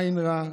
עין רעה.